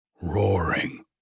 roaring